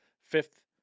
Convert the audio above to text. fifth